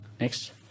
Next